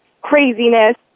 craziness